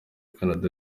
canada